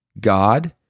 God